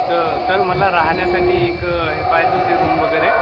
तर सर मला राहण्यासाठी एक हे पाहिजे होती रूम वगैरे